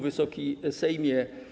Wysoki Sejmie!